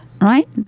right